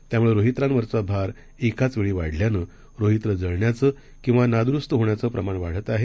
त्यामुळेरोहित्रांवरचाभारएकाचवेळीवाढल्यानंरोहित्रजळण्याचंकिवानाद्रुस्तहोण्याचंप्रमाणवाढतआहे